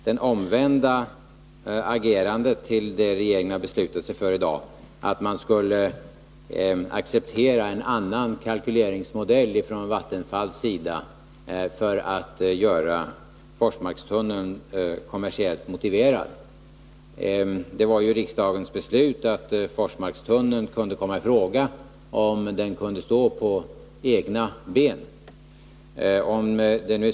Det omvända agerandet till det regeringen har beslutat sig för i dag är att man skulle acceptera en annan kalkyleringsmodell från Vattenfalls sida för att göra Forsmarkstunneln kommersiellt motiverad. Det var ju riksdagens beslut att Forsmarkstunneln kunde komma i fråga, om den kunde gå ihop ekonomiskt.